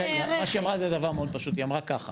מה שהיא אמרה זה דבר מאוד פשוט, היא אמרה ככה: